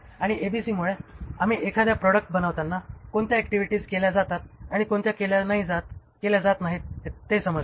आणि एबीसीमुळे आम्ही एखाद्या प्रॉडक्ट बनवताना कोणत्या ऍक्टिव्हिटीज केल्या जातात आणि कोणत्या केल्या जात नाहीत हे समजते